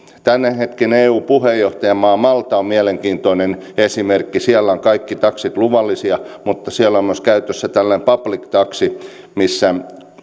tämänhetkinen eu puheenjohtajamaa malta on mielenkiintoinen esimerkki siellä ovat kaikki taksit luvallisia mutta siellä on myös käytössä tällainen public taxi mistä